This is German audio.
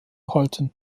halten